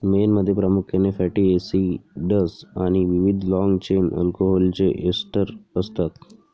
मेणमध्ये प्रामुख्याने fatty acids आणि विविध लाँग चेन अल्कोहोलचे एस्टर असतात